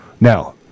Now